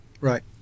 Right